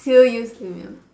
still used to ya